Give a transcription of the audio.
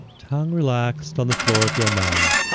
tongue relaxed on the floor of your mouth.